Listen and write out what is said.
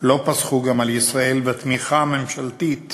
לא פסחו גם על ישראל, והתמיכה הממשלתית